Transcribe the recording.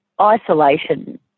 isolation